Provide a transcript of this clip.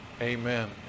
Amen